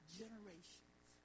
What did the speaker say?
generations